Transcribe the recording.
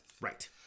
right